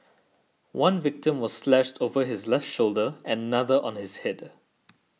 one victim was slashed over his left shoulder and another on his head